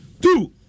Two